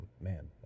man